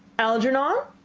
algernon.